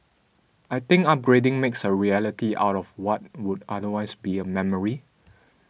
I think upgrading makes a reality out of what would otherwise be a memory